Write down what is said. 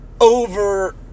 over